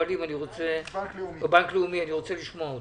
בנק לאומי, אני רוצה לשמוע אותה.